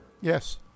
Yes